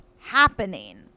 Happening